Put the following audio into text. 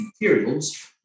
materials